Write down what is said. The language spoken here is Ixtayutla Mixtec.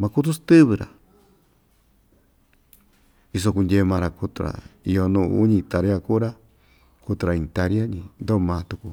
makutu stɨvɨ‑ra iso kundyee maa‑ra kutu‑ra iyo nuu uñi taria ku'u‑ra kutu‑ra iin taria‑ñi ndo maa tuku.